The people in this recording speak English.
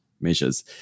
measures